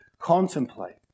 Contemplate